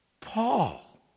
Paul